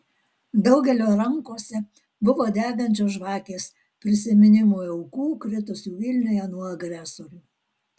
daugelio rankose buvo degančios žvakės prisiminimui aukų kritusių vilniuje nuo agresorių